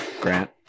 Grant